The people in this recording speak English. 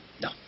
No